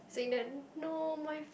saying that no my